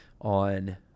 on